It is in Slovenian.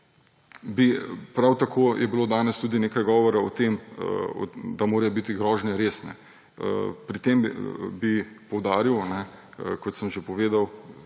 Prav tako je bilo danes nekaj govora o tem, da morajo biti grožnje resne. Pri tem bi poudaril, kot sem že povedal,